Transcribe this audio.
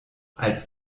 als